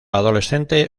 adolescente